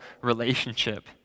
relationship